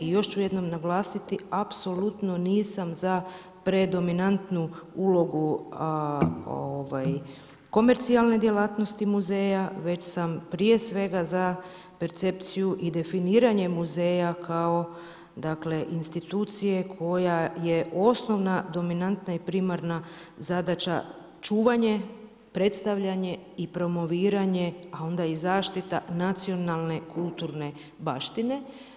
I još ću jednom naglasiti apsolutno nisam za predominantnu ulogu komercijalne djelatnosti muzeja već sam prije svega za percepciju i definiranje muzeja kao, dakle institucije koja je osnovna dominantna i primarna zadaća čuvanje, predstavljanje i promoviranje, a onda i zaštita nacionalne kulturne baštine.